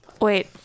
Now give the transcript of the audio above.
Wait